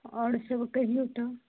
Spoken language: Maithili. आओर सब कहिऔ तऽ